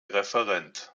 referent